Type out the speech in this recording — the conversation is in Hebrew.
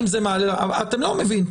אתם לא מביאים,